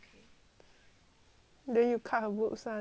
then you cut her boobs lah then you add to your boobs